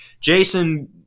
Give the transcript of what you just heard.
Jason